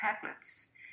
tablets